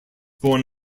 born